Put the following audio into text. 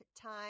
time